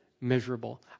miserable